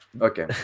okay